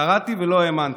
קראתי ולא האמנתי.